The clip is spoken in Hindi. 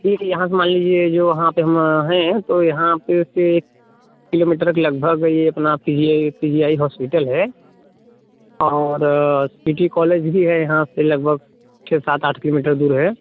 ठीक है यहाँ से मान लीजिए जो वहाँ पे हम हैं तो यहाँ पे उससे एक किलोमीटर के लगभग ये अपना P G I P G I hospital है और सिटी कॉलेज भी है यहाँ से लगभग छः सात आठ किलोमीटर दूर है